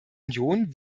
union